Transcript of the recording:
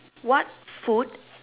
what food